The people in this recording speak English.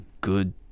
good